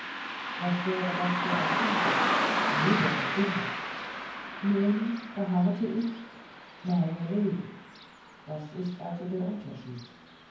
was wäre das für ein unsinn lebende dinge nun beharrte ich meine leben das ist also der unterschied